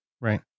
Right